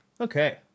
Okay